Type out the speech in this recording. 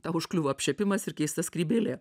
tau užkliūva apšepimas ir keista skrybėlė